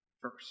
first